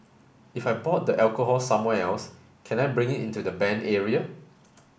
if I bought the alcohol somewhere else can I bring it into the banned area